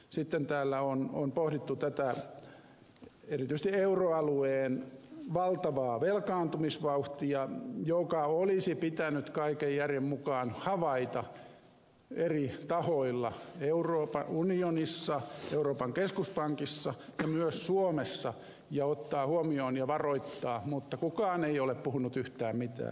sitten täällä on pohdittu erityisesti euroalueen valtavaa velkaantumisvauhtia joka olisi pitänyt kaiken järjen mukaan havaita eri tahoilla euroopan unionissa euroopan keskuspankissa ja myös suomessa ja ottaa huomioon ja varoittaa mutta kukaan ei ole puhunut yhtään mitään